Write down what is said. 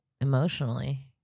Emotionally